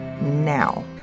now